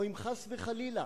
או אם חס וחלילה